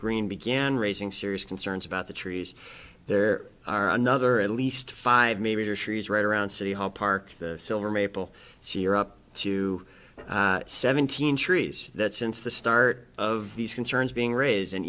green began raising serious concerns about the trees there are another at least five maybe or she's right around city hall park silver maple so you're up to seventeen trees that since the start of these concerns being raised and